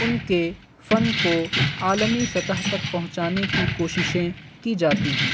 ان کے فن کو عالمی سطح تک پہنچانے کی کوششیں کی جاتی ہیں